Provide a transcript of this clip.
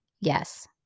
Yes